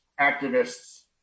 activists